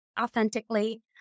authentically